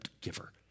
giver